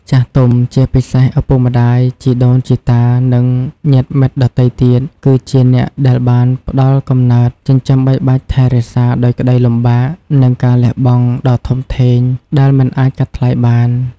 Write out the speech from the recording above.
ចាស់ទុំ ជាពិសេសឪពុកម្ដាយ ជីដូនជីតា និងញាតិមិត្តដទៃទៀត គឺជាអ្នកដែលបានផ្ដល់កំណើត ចិញ្ចឹមបីបាច់ថែរក្សាដោយក្ដីលំបាក និងការលះបង់ដ៏ធំធេង ដែលមិនអាចកាត់ថ្លៃបាន។